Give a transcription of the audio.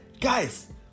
guys